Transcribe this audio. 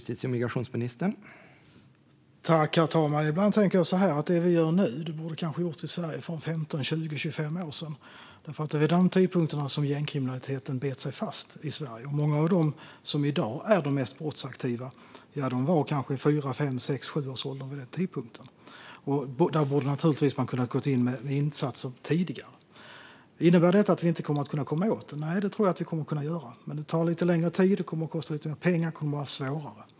Herr talman! Ibland tänker jag att det vi gör nu borde vi kanske ha gjort i Sverige för 15, 20 eller 25 år sedan. Det var vid den tidpunkten som gängkriminaliteten betänkande sig fast i Sverige. Många av dem som i dag är de mest brottsaktiva var kanske i fyra-, fem-, sex eller sjuårsåldern vid den tidpunkten. Där borde man ha kunnat gå in med insatser tidigare. Innebär detta att vi inte kommer att kunna komma åt den? Nej, det tror jag att vi kommer att kunna göra. Men det tar lite längre tid, det kommer att kosta lite mer pengar och det kommer att vara svårare.